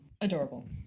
Adorable